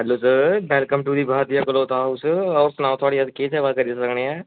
hello sir welcome to Bharatiya cloth house आओ अस थुआढ़ी केह् सेवा करी सकने आं